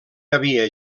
havia